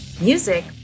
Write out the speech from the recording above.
Music